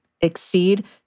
exceed